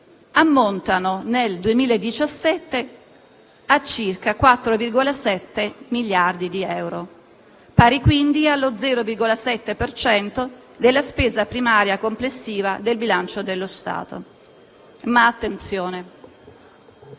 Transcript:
ammontano nel 2017 a circa 4,7 miliardi di euro, pari, quindi, allo 0,7 per cento della spesa primaria complessiva del bilancio dello Stato. Ma, attenzione: